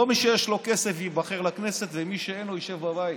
לא מי שיש לו כסף ייבחר לכנסת ומי שאין לו ישב בבית.